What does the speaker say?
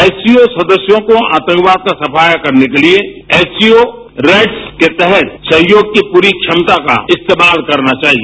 SCO सदस्यों को आतंकवाद का सफाया करने के लिए एससीओ रेडस के तहत सहयोग की पूरी क्षमता का इस्तेमाल करना चाहिए